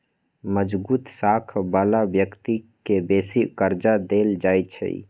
मजगुत साख बला व्यक्ति के बेशी कर्जा देल जाइ छइ